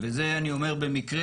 וזה אני אומר במקרה,